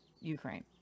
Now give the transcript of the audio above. Ukraine